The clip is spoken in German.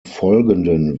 folgenden